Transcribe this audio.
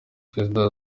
prezida